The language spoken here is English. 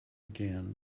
again